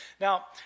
Now